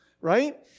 right